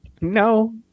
No